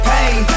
Pain